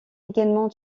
également